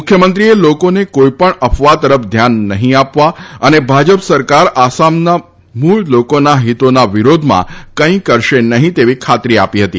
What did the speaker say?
મુખ્યમંત્રીએ લોકોને કોઇ પણ અફવા તરફ ધ્યાન નહીં આપવા અને ભાજપ સરકાર આસામના મૂળ લોકોના હિતોના વિરોધમાં કંઇ કરશે નહીં તેવી ખાતરી આપી હતી